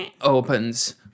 Opens